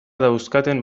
dauzkaten